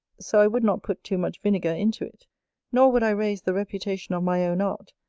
so i would not put too much vinegar into it nor would i raise the reputation of my own art,